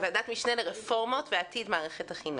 ועדת משנה לרפורמות ועתיד מערכת החינוך.